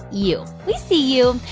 you. we see you.